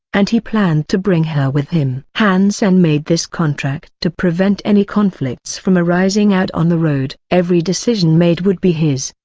and he planned to bring her with him. han sen made this contract to prevent any conflicts from arising out on the road. every decision made would be his,